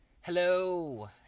hello